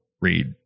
read